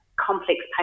Complex